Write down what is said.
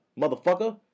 Motherfucker